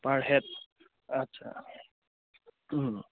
পাৰ head আচ্ছা